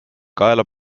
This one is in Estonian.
kaela